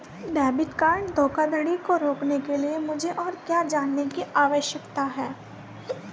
Debit card धोखाधड़ी को रोकने के लिए मुझे और क्या जानने की आवश्यकता है?